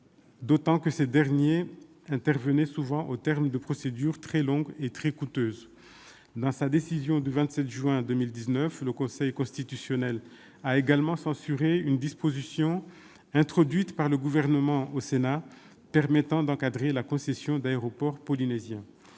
d'autant que ces derniers interviennent souvent au terme de procédures très longues et très coûteuses. Dans sa décision du 27 juin 2019, le Conseil constitutionnel a également censuré une disposition, introduite par le Gouvernement au Sénat, visant à encadrer la concession d'aéroports polynésiens.